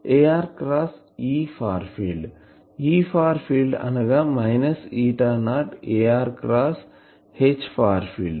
E far field అనగా minus eta naught ar cross H far field